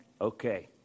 Okay